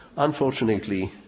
Unfortunately